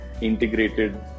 integrated